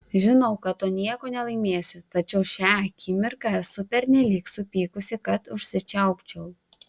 žinau kad tuo nieko nelaimėsiu tačiau šią akimirką esu pernelyg supykusi kad užsičiaupčiau